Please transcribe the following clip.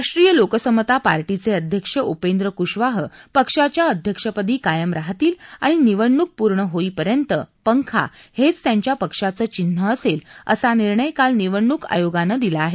राष्ट्रीय लोकसमता पार्टीचे अध्यक्ष उपेंद्र कुशवाह पक्षाच्या अध्यक्षपदी कायम राहतील आणि निवडणुक पूर्ण होईपर्यंत पंखा हेच त्यांच्या पक्षाचं चिन्ह असेल असा निर्णय काल निवडणूक आयोगानं दिला आहे